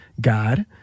God